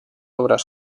obras